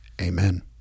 Amen